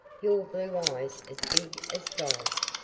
your blue eyes as big as dollars?